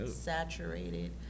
saturated